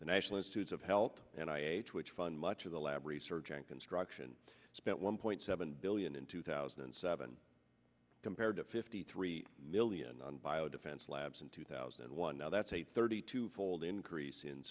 the national institutes of health and i h which fund much of the lab research and construction spent one point seven billion in two thousand and seven compared to fifty three million on bio defense labs in two thousand and one now that's a thirty two fold increase in